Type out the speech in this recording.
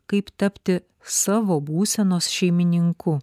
kaip tapti savo būsenos šeimininku